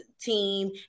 team